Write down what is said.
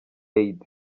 aid